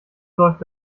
läuft